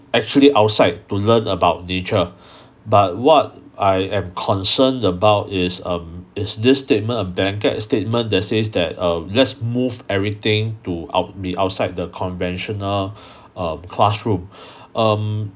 actually outside to learn about nature but what I am concerned about is um is this statement a blanket statement that says that uh let's move everything to out be outside the conventional uh classroom um